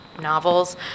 novels